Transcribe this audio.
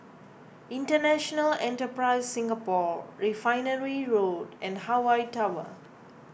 International Enterprise Singapore Refinery Road and Hawaii Tower